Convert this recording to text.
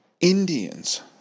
Indians